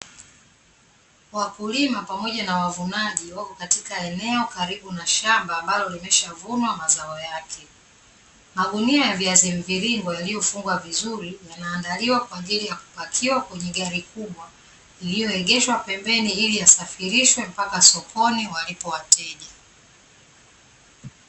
Wakulima pamoja na wavunaji, katika eneo karibu na shamba ambalo limeshavunwa mazao yake. Magunia ya viazi mviringo yaliyofungwa vizuri, yanaandaliwa kwa ajili ya kupakiwa kwenye gari kubwa, lililoegeshwa pembeni, ili yasafirishwe mpaka sokoni walipo wateja.